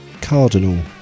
Cardinal